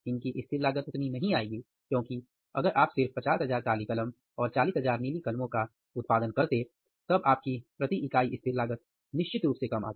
इनकी स्थिर लागत उतनी नहीं आएगी क्योंकि अगर आप सिर्फ 50000 काली कलम और 40000 नीली कलमों का उत्पादन करते तब आपकी प्रति इकाई स्थिर लागत निश्चित रूप से कम आती